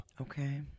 Okay